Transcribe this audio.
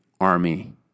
army